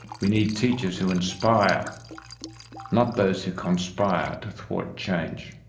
we need teachers who inspire not those who conspire to thwart change.